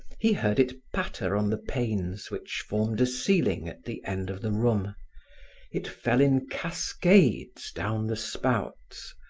he heard it patter on the panes which formed a ceiling at the end of the room it fell in cascades down the spouts.